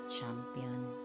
champion